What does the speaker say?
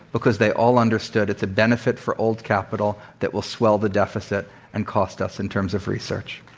because they all understood it's a benefit for old capital that will swell the deficit and cost us in terms of research.